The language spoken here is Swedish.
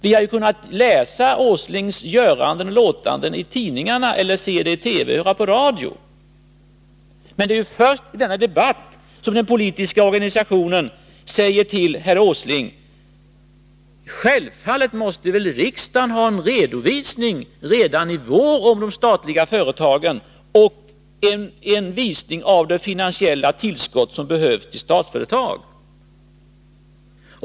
Vi har i tidningar kunnat läsa om herr Åslings göranden och låtanden, eller sett på TV och hört på radio om dem. Det är emellertid först i denna debatt som man från politiskt håll säger till herr Åsling: Självfallet måste riksdagen ha en redovisning redan i vår i fråga om de statliga företagen och en redovisning av det finansiella tillskott som behövs till Statsföretag.